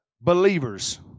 believers